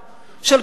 של כולנו.